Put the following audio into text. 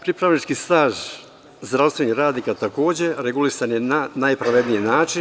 Pripravnički staž zdravstvenih radnika, takođe, regulisan je na najpravedniji način.